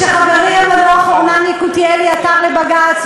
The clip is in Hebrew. כשחברי המנוח ארנן יקותיאלי עתר לבג"ץ,